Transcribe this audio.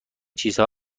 چیزها